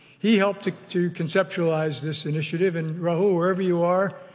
he helped to conceptualize this initiative, and raul, wherever you are,